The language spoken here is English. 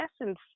essence